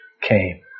came